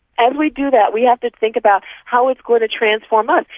and we do that we have to think about how it's going to transform us.